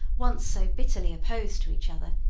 once so bitterly opposed to each other,